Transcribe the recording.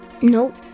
nope